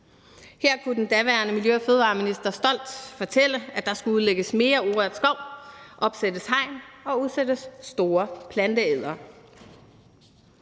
Her kunne den daværende miljø- og fødevareminister stolt fortælle, at der skulle udlægges mere urørt skov, opsættes hegn og udsættes store planteædere.